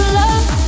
love